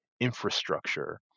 infrastructure